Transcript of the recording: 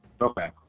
Okay